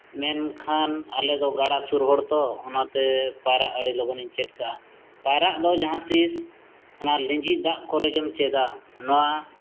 ᱢᱮᱱᱠᱷᱟᱱ ᱟᱞᱮᱫᱚ ᱜᱟᱰᱟ ᱥᱩᱨ ᱦᱚᱲᱛᱚ ᱚᱱᱟᱛᱮ ᱯᱟᱭᱨᱟᱜ ᱟᱹᱰᱤ ᱞᱚᱜᱚᱱᱤᱧ ᱪᱮᱫ ᱟᱠᱟᱫᱼᱟ ᱯᱟᱭᱨᱟᱜ ᱫᱚ ᱡᱟᱦᱟᱸᱛᱤᱥ ᱚᱱᱟ ᱞᱤᱸᱜᱤ ᱫᱟᱜ ᱠᱚᱨᱮᱜᱮᱢ ᱪᱮᱫᱟ ᱱᱚᱣᱟ